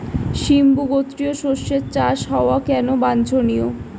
সিম্বু গোত্রীয় শস্যের চাষ হওয়া কেন বাঞ্ছনীয়?